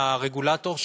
מהרגולטור,